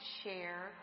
share